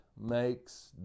makes